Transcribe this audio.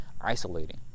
isolating